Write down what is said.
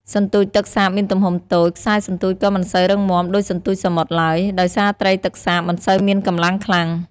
សន្ទូចទឹកសាបមានទំហំតូច ខ្សែសន្ទូចក៏មិនសូវរឹងមាំដូចសន្ទូចសមុទ្រឡើយ ដោយសារត្រីទឹកសាបមិនសូវមានកម្លាំងខ្លាំង។